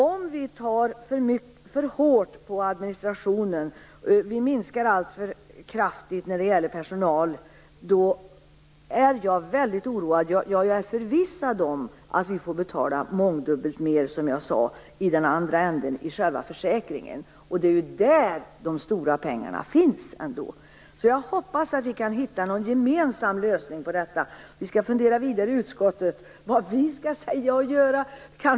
Om vi tar för hårt på administrationen och minskar alltför kraftigt på personalen, är jag förvissad om att vi får betala mångdubbelt mer i den andra änden, i själva försäkringen. Det är ju ändå där de stora pengarna finns. Jag hoppas att vi kan hitta en gemensam lösning på detta. Vi skall fundera vidare i utskottet på vad vi skall säga och göra.